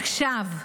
עכשיו.